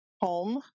home